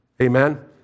Amen